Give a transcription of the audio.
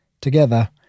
Together